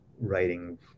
writing